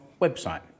website